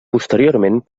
posteriorment